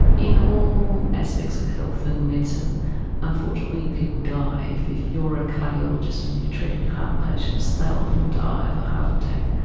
in all aspects of health and medicine, unfortunately people die. if if you're a cardiologist and you're treating heart patients, they'll often die of a heart attack.